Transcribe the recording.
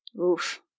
Oof